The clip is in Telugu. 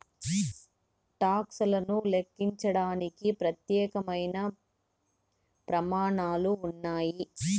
టాక్స్ లను లెక్కించడానికి ప్రత్యేకమైన ప్రమాణాలు ఉన్నాయి